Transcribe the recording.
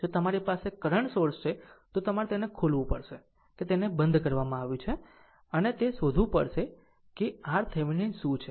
જો તમારી પાસે કરંટ સોર્સ છે તો તમારે તેને ખોલવું પડશે કે તેને બંધ કરવામાં આવ્યું છે અને તે શોધવું જોઈએ કે RThevenin શું છે